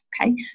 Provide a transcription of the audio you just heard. okay